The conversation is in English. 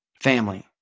family